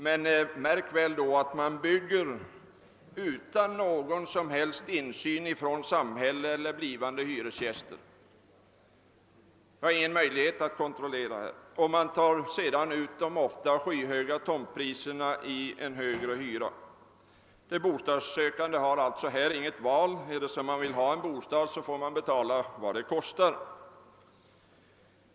Men märk väl att man då bygger utan någon som helst insyn från samhälle eller blivande hyresgäster. Och sedan tar företaget ut de ofta skyhöga tomtpriserna i en högre hyra. De bostadssökande har här inget val. Vill man ha en bostad, så får man betala vad det kostar.